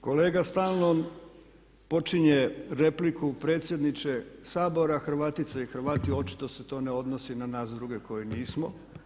Kolega stalno počinje repliku predsjedniče Sabora, Hrvatice i Hrvati, očito se to ne odnosi na nas druge koji nismo.